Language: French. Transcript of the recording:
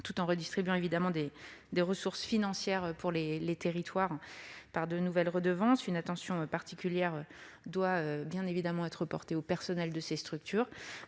tout en redistribuant des ressources financières aux territoires par de nouvelles redevances. Une attention particulière doit être portée au personnel de ces structures.